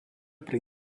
pri